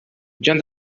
join